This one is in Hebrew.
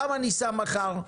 למה אני שם מחר?